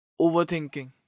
Overthinking